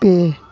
ᱯᱮ